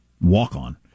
walk-on